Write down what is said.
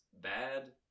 bad